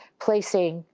placing,